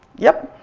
yep,